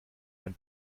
ein